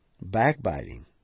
Backbiting